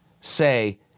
say